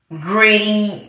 gritty